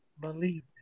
believe